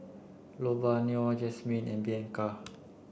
Lavonia Jazmine and Bianca